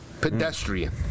Pedestrian